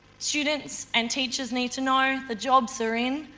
students and teachers need to know the jobs they're in,